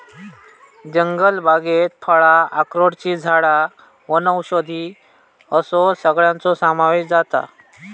जंगलबागेत फळां, अक्रोडची झाडां वनौषधी असो सगळ्याचो समावेश जाता